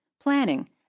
planning